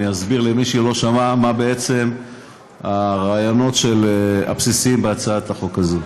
אני אסביר למי שלא שמע מה בעצם הרעיונות הבסיסיים בהצעת החוק הזאת,